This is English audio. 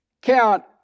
count